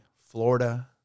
Florida